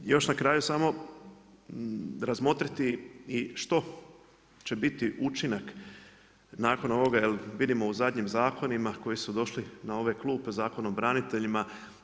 Ostaje još na kraju samo razmotriti i što će biti učinak nakon ovoga, jer vidimo u zadnjim zakonima koji su došli na ove klupe, Zakon o braniteljima.